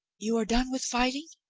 you are done with fighting?